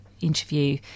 interview